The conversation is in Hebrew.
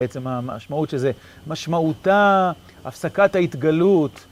בעצם המשמעות שזה משמעותה הפסקת ההתגלות.